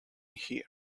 here